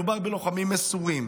מדובר בלוחמים מסורים